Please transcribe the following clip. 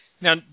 Now